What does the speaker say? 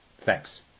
Thanks